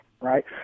right